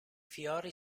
fiori